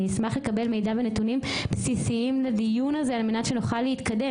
אני אשמח לקבל מידע ונתונים בסיסיים לדיון הזה על מנת שנוכל להתקדם,